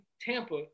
Tampa